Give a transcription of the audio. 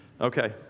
Okay